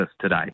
today